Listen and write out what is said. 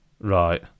Right